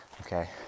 Okay